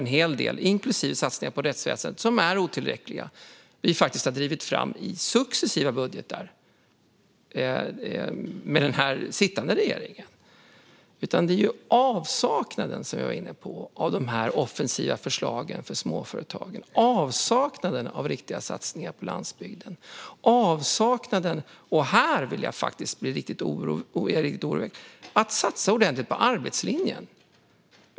En hel del, inklusive satsningar på rättsväsendet - som är otillräckliga - har vi faktiskt drivit fram i successiva budgetar med den sittande regeringen. Det handlar, som jag var inne på, om avsaknaden av de offensiva förslagen för småföretagen och avsaknaden av riktiga satsningar på landsbygden. Det handlar också - och här blir jag riktigt orolig - om avsaknaden av ordentliga satsningar på arbetslinjen.